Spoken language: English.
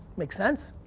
make sense?